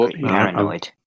paranoid